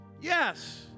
Yes